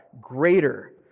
greater